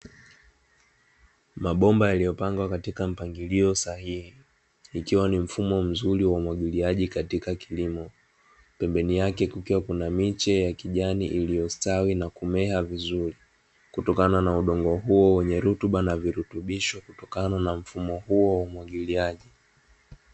Mabomba yaliyopangwa katika mpangilio sahihi, ikiwa ni mfumo mzuri wa umwagiliaji katika kilimo. Pembeni yake kukiwa kuna miche ya kijani iliyostawi na kumea vizuri, kutokana na udongo huo wenye rutuba na virutubisho, kutokana na mfumo huo wa umwagiliaji.